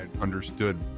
understood